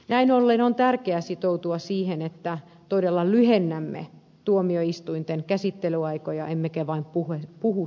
näin ollen on tärkeää sitoutua siihen että todella lyhennämme tuomioistuinten käsittelyaikoja emmekä vain puhu siitä